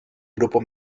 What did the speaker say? grupo